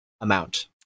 amount